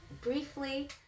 briefly